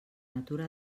natura